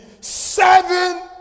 seven